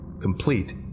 complete